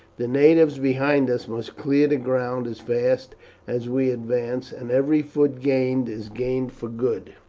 the natives behind us must clear the ground as fast as we advance, and every foot gained is gained for good.